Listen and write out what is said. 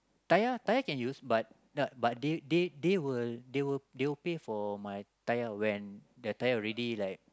tire tire can use but the but they they they will they will they will pay for my tire when the tire already like